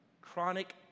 chronic